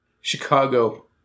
Chicago